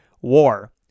War